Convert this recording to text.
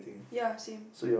ya same